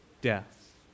Death